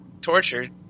tortured